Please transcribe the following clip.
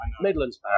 Midlands